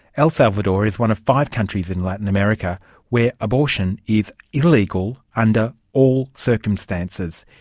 el salvador is one of five countries in latin america where abortion is illegal under all circumstances.